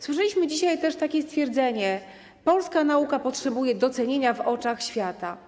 Słyszeliśmy dzisiaj też takie stwierdzenie: polska nauka potrzebuje docenienia w oczach świata.